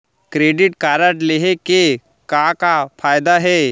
Credit card लेहे के का का फायदा हे?